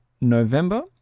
November